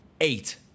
Eight